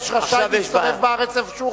2(א)(5) רשאי להסתובב בארץ איפה שהוא רוצה.